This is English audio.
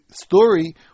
story